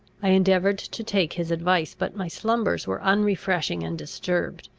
i endeavoured to take his advice but my slumbers were unrefreshing and disturbed.